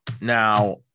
Now